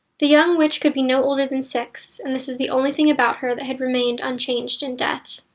the young witch could be no older than six, and this was the only thing about her that had remained unchanged in death.